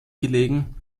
gelegen